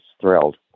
thrilled